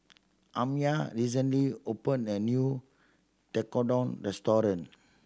Amaya recently opened a new Tekkadon restaurant